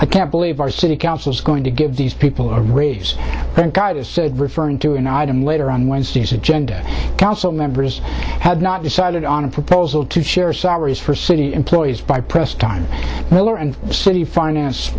i can't believe our city council is going to give these people or a raise thank god is referring to an item later on wednesdays agenda council members had not decided on a proposal to share salaries for city employees by press time miller and city finance